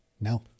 No